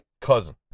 cousin